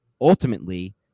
ultimately